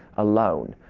alone.